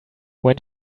when